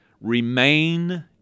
remain